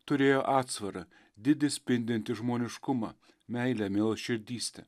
turėjo atsvarą didį spindintį žmoniškumą meilę mielaširdystę